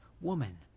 woman